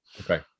Okay